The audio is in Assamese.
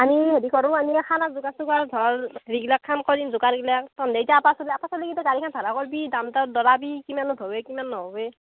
আমি হেৰি কৰোঁ আমি খানা যোগাৰ চোগাৰ ধৰ যিবিলাক খাম কৰিম যোগাৰবিলাক তহঁতে এতিয়া আপা চলি আপা চলিকেইটা গাড়ীখন ভাৰা কৰিবি দাম চাম দৰাবি কিমান ধৰে কিমান নধৰে